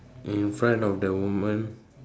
in front of the woman